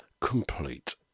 complete